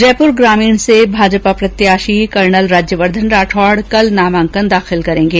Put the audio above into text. जयप्र ग्रामीण से भाजपा प्रत्याषी कर्नल राज्यवर्धन राठौड कल नामांकन दाखिल करेंगे